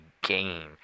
game